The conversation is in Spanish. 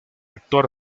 actuar